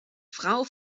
frau